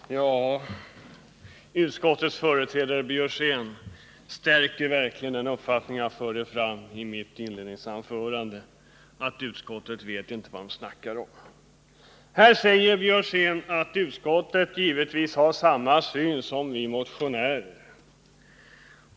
Fru talman! Utskottets företrädare Karl Björzén stärker mig verkligen i den uppfattning jag förde fram i mitt inledningsanförande, nämligen att man iutskottet inte vet vad man talar om. Karl Björzén säger att utskottet givetvis har samma syn på saken som vi motionärer.